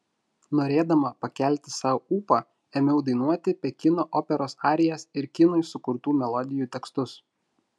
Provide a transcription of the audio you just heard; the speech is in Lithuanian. norėdama pakelti sau ūpą ėmiau dainuoti pekino operos arijas ir kinui sukurtų melodijų tekstus